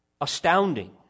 Astounding